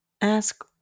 ask